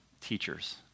teachers